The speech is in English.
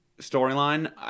storyline